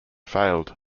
failed